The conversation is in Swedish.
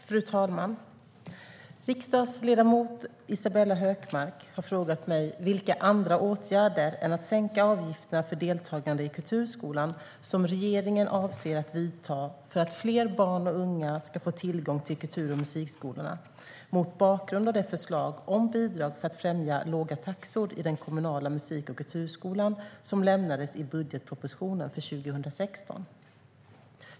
Fru talman! Riksdagsledamot Isabella Hökmark har frågat mig vilka andra åtgärder än att sänka avgifterna för deltagande i kulturskolan som regeringen avser att vidta för att fler barn och unga ska få tillgång till kultur och musikskolorna mot bakgrund av det förslag om bidrag för att främja låga taxor i den kommunala musik och kulturskolan som lämnades i budgetpropositionen för 2016.